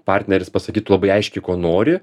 partneris pasakytų labai aiškiai ko nori